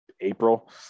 April